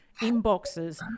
inboxes